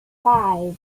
five